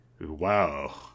wow